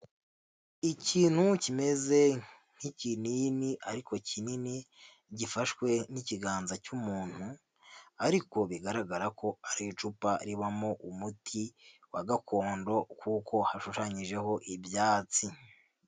Ikintu kimeze nk'ikinini ariko kinini gifashwe n'ikiganza cy'umuntu ariko bigaragara ko ari icupa ribamo umuti wa gakondo kuko hashushanyijeho ibyatsi.